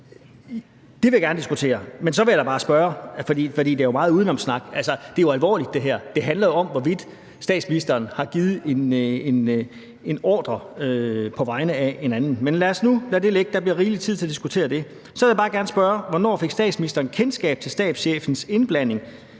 Det vil jeg gerne diskutere. Men så vil jeg da bare spørge – for der er jo meget udenomssnak, og det er jo alvorligt, det her – om statsministeren har givet en ordre via en anden. Men lad os nu lade det ligge; der bliver rigelig tid til at diskutere det. Så vil jeg bare gerne spørge: Hvornår fik statsministeren kendskab til stabschefens indblanding